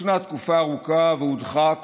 הוצנע תקופה ארוכה והודחק